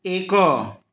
ଏକ